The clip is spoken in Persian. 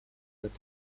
دوتا